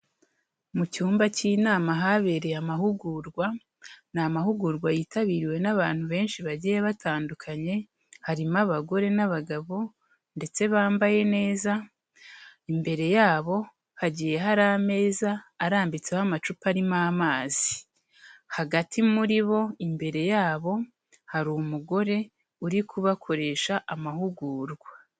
Mu cyumba cy'inama habereye amahugurwa ni amahugurwa yitabiriwe n'abantu benshi bagiye batandukanye harimo abagore n'abagabo ndetse bambaye neza, imbere yabo hagiye hari ameza arambitseho amacupa arimo amazi, hagati muri bo imbere yabo hari umugore uri kubakoresha amahugurwa.